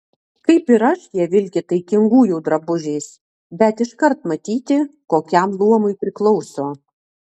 kaip ir aš jie vilki taikingųjų drabužiais bet iškart matyti kokiam luomui priklauso